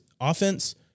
Offense